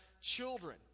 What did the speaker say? children